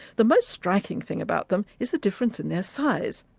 the most striking thing about them is the difference in their size.